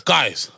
Guys